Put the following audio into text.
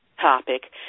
topic